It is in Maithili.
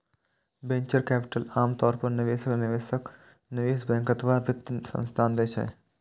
वेंचर कैपिटल आम तौर पर निवेशक, निवेश बैंक अथवा वित्त संस्थान दै छै